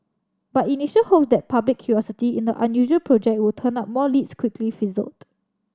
but initial hope that public curiosity in the unusual project would turn up more leads quickly fizzled